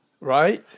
Right